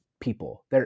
people